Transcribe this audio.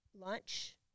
lunch